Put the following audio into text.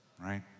right